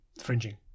fringing